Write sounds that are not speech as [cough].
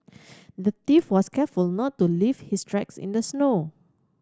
the [unintelligible] was careful not to leave his tracks in the snow